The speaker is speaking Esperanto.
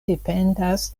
dependas